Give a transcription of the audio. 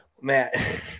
Matt